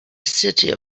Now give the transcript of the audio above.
city